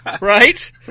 Right